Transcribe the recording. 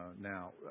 now